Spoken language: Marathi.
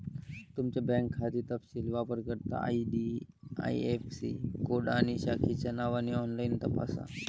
तुमचा बँक खाते तपशील वापरकर्ता आई.डी.आई.ऍफ़.सी कोड आणि शाखेच्या नावाने ऑनलाइन तपासा